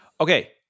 Okay